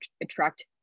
attract